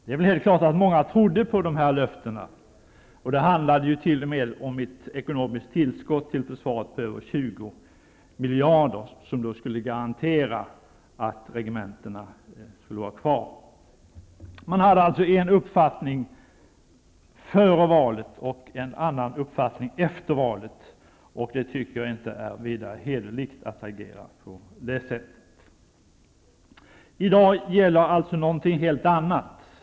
Många trodde naturligtvis på de här löftena. Det handlade t.o.m. om ett ekonomiskt tillskott till försvaret på över 20 miljarder, som skulle garantera att regementena skulle finnas kvar. Man hade alltså en uppfattning före valet och en annan uppfattning efter valet. Jag tycker inte att det är vidare hederligt att agera på det sättet. I dag gäller alltså något helt annat.